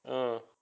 mm